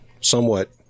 somewhat